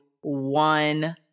one